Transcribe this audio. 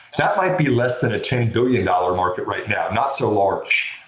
that might be less than a ten billion dollars market right now. not so large.